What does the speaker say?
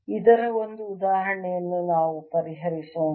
ಇದರ ಒಂದು ಉದಾಹರಣೆಯನ್ನು ನಾವು ಪರಿಹರಿಸೋಣ